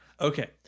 Okay